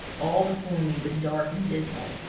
all before me was dark and dismal,